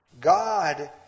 God